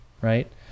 right